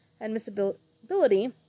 admissibility